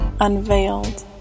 Unveiled